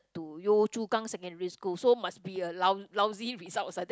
to Yio-Chu-Kang secondary school so must be a lou~ lousy results lah that's